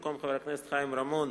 במקום חבר הכנסת חיים רמון,